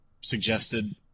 suggested